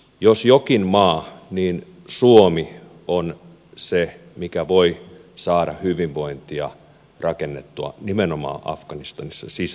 jos jokin maa niin suomi on se joka voi saada hyvinvointia rakennettua nimenomaan afganistanissa sisäisesti